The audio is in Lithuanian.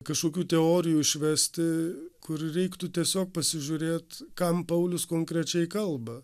kažkokių teorijų išvesti kur reiktų tiesiog pasižiūrėt kam paulius konkrečiai kalba